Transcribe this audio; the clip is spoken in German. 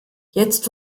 jetzt